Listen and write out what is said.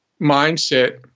mindset